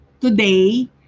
today